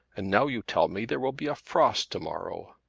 and now you tell me there will be a frost to-morrow.